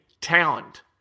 talent